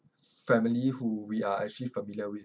family who we are actually familiar with